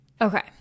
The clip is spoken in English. Okay